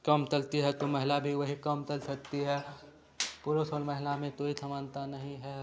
काम तलती है तो महिला भी वही काम तल थत्ती है पुलुस औल महिला तोई थमानता नहीं है